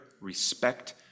respect